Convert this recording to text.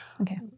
Okay